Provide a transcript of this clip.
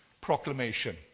proclamation